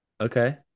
Okay